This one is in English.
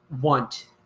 want